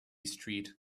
street